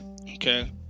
Okay